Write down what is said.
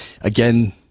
Again